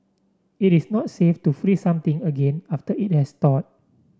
it is not safe to freeze something again after it has thawed